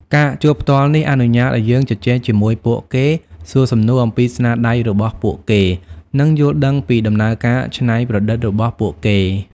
ការជួបផ្ទាល់នេះអនុញ្ញាតឲ្យយើងជជែកជាមួយពួកគេ សួរសំណួរអំពីស្នាដៃរបស់ពួកគេ និងយល់ដឹងពីដំណើរការច្នៃប្រឌិតរបស់ពួកគេ។